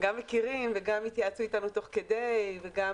גם מכירים וגם התייעצו איתנו תוך כדי וגם